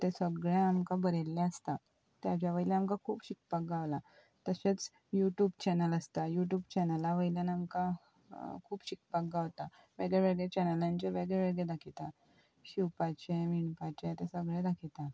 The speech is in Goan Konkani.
ते सगळे आमकां बरयल्ले आसता तेज्या वयल्यान आमकां खूब शिकपाक गावला तशेंच युट्यूब चॅनल आसता युट्यूब चॅनला वयल्यान आमकां खूब शिकपाक गावता वेगळे वेगळे चॅनलांचे वेगळे वेगळे दाखयतात शिवपाचे विणपाचे ते सगळें दाखयता